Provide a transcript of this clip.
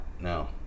no